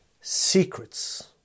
secrets